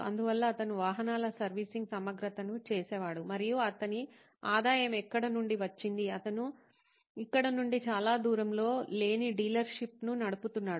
అందువల్ల అతను వాహనాల సర్వీసింగ్ సమగ్రతను చేసేవాడు మరియు అతని ఆదాయం ఎక్కడ నుండి వచ్చింది అతను ఇక్కడ నుండి చాలా దూరంలో లేని డీలర్షిప్ను నడుపుతున్నాడు